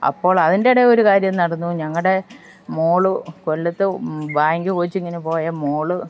അപ്പോൾ അതിൻ്റിടയിൽ ഒരു കാര്യം നടന്നു ഞങ്ങളുടെ മോൾ കൊല്ലത്ത് ബാങ്ക് കോച്ചിങ്ങിനു പോയ മോൾ